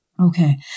Okay